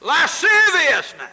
lasciviousness